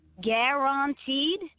Guaranteed